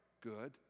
good